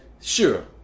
sure